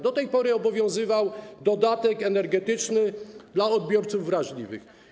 Do tej pory obowiązywał dodatek energetyczny dla odbiorców wrażliwych.